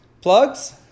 plugs